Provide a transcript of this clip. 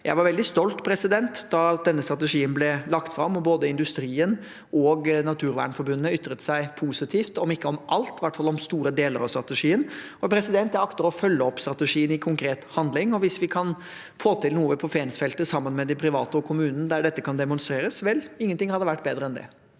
Jeg var veldig stolt da denne strategien ble lagt fram, og både industrien og Naturvernforbundet ytret seg positivt – om ikke om alt, så hvert fall om store deler av strategien. Jeg akter å følge opp strategien i konkret handling. Hvis vi kan få til noe på Fensfeltet sammen med de private og kommunen, der dette kan demonstreres – vel, ingenting hadde vært bedre enn det.